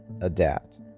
adapt